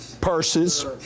purses